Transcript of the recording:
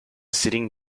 sitting